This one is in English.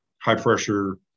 high-pressure